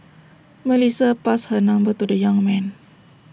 Melissa passed her number to the young man